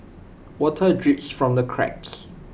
water drips from the cracks